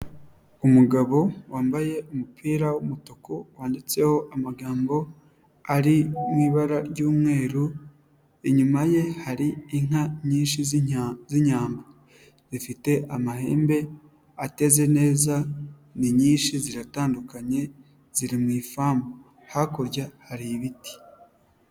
Umugabo wambaye umupira w'umutuku, wanditseho amagambo ari mu ibara ry'umweru, inyuma ye hari inka nyinshi z'inyambo, zifite amahembe ateze neza, ni nyinshi ziratandukanye, ziri mu ifamu, hakurya hari ibiti.